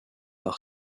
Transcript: par